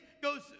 goes